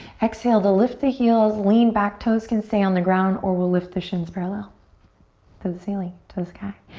exhale to lift the heels, lean back, toes can stay on the ground or we'll lift the shins parallel to the ceiling, to the sky.